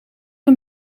van